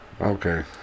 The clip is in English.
Okay